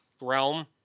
realm